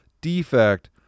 defect